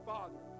Father